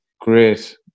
great